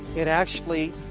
it actually